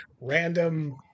random